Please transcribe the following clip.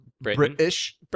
British